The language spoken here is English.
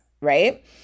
right